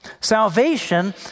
Salvation